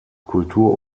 kultur